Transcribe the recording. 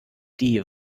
die